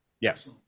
Yes